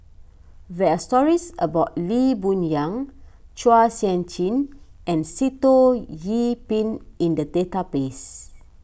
there are stories about Lee Boon Yang Chua Sian Chin and Sitoh Yih Pin in the database